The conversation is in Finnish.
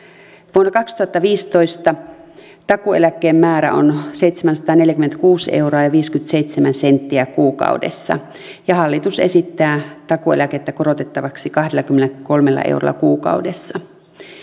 vuonna kaksituhattaviisitoista takuueläkkeen määrä on seitsemänsataaneljäkymmentäkuusi euroa ja viisikymmentäseitsemän senttiä kuukaudessa ja hallitus esittää takuueläkettä korotettavaksi kahdellakymmenelläkolmella eurolla kuukaudessa